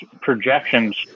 projections